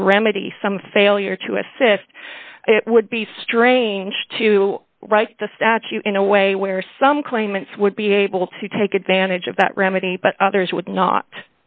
to remedy some failure to assist it would be strange to write the statue in a way where some claimants would be able to take advantage of that remedy but others w